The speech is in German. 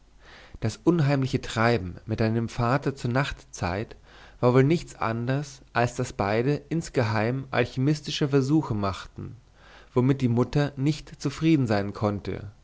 das unheimliche treiben mit deinem vater zur nachtzeit war wohl nichts anders als daß beide insgeheim alchymistische versuche machten womit die mutter nicht zufrieden sein konnte